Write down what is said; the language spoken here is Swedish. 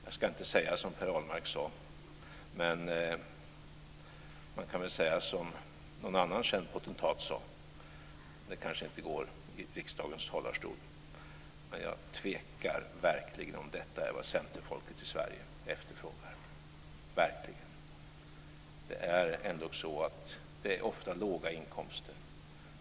Jag ska inte säga som Per Ahlmark sade, men man kan väl säga som någon annan känd potentat sade, fast det kanske inte går i riksdagens talarstol. Jag tvekar verkligen om detta är vad centerfolket i Sverige efterfrågar. Centerns väljare har ofta låga inkomster.